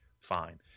Fine